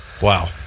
Wow